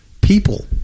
people